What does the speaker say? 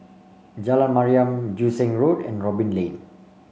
Jalan Mariam Joo Seng Road and Robin Lane